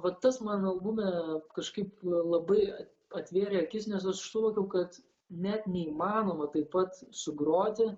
va tas man albume kažkaip labai atvėrė akis nes aš suvokiau kad net neįmanoma taip pat sugroti